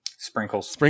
sprinkles